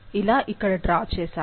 ఇలా ఇక్కడ డ్రా చేస్తాము